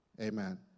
Amen